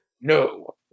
No